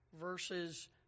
verses